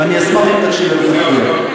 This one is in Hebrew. ואני אשמח אם תקשיב ותפנים.